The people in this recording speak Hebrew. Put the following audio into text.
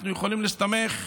אנחנו יכולים להסתמך,